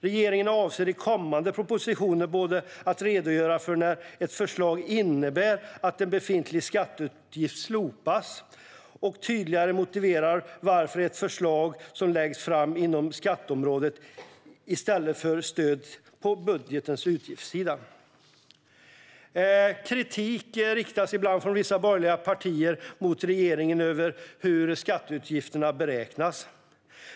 Regeringen avser att i kommande propositioner både redogöra för när ett förslag innebär att en befintlig skatteutgift slopas och tydligare motivera varför ett förslag läggs fram inom skatteområdet i stället för som stöd på budgetens utgiftssida. Från vissa borgerliga partier riktas det ibland kritik mot regeringen gällande hur skatteutgifterna beräknas.